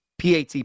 PAT